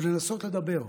ולנסות לדבר,